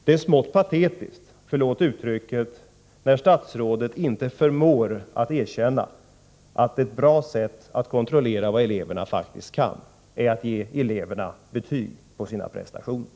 Det är smått patetiskt, förlåt uttrycket, när statsrådet inte förmår att erkänna att ett bra sätt att kontrollera vad eleverna faktiskt kan är att ge eleverna betyg på deras prestationer.